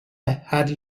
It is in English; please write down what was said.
had